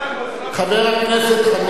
חבר הכנסת חנין,